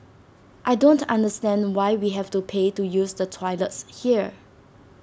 I don't understand why we have to pay to use the toilets here